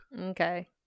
Okay